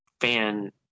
fan